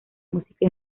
música